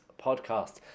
podcast